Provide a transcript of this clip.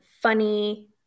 funny